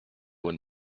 were